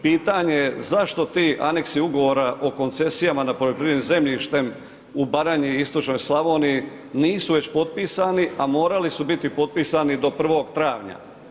Pitanje je zašto ti aneksi ugovora o koncesijama nad poljoprivrednim zemljištem u Baranji i istočnoj Slavoniji, nisu već potpisani a morali su biti potpisani do 1. travnja?